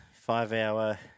five-hour